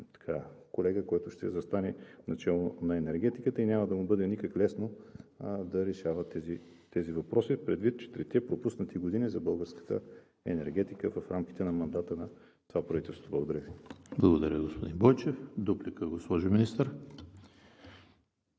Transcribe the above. колега, който ще застане начело на енергетиката и няма да му бъде никак лесно да решава тези въпроси предвид четирите пропуснати години за българската енергетика в рамките на мандата на това правителство. Благодаря Ви. ПРЕДСЕДАТЕЛ ЕМИЛ ХРИСТОВ: Благодаря, господин Бойчев. Дуплика, госпожо Министър?